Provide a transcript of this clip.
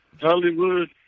Hollywood